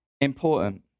important